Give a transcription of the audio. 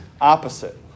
opposite